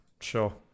Sure